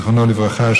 זיכרונו לברכה,